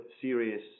serious